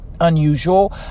unusual